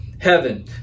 heaven